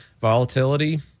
volatility